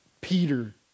Peter